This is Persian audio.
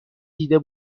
دیده